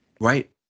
right